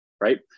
right